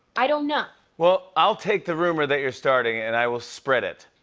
i don't know. well, i'll take the rumor that you're starting, and i will spread it.